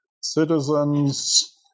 citizens